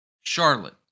Charlotte